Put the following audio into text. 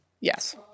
Yes